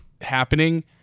happening